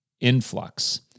influx